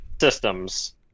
systems